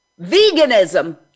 veganism